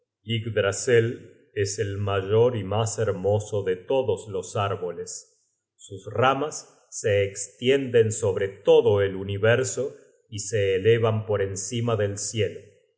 es el mayor y mas hermoso de todos los árboles sus ramas se estienden sobre todo el universo y se elevan por encima del cielo